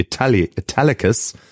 Italicus